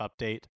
update